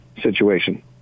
situation